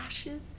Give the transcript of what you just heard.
ashes